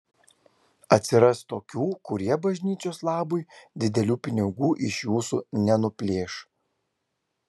atsiras tokių kurie bažnyčios labui didelių pinigų iš jūsų nenuplėš